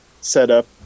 setup